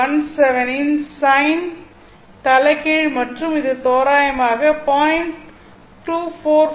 2417 இன் சைன் தலைகீழ் மற்றும் இது தோராயமாக 0